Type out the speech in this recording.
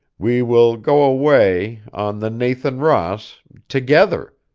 we will go away on the nathan ross together.